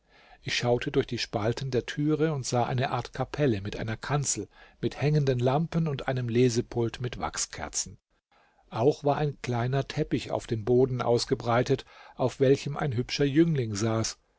ich schaute durch die spalten der türe und sah eine art kapelle mit einer kanzel mit hängenden lampen und einem lesepult mit wachskerzen auch war ein kleiner teppich auf dem boden ausgebreitet auf welchem ein hübscher jüngling saß